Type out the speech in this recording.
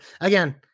again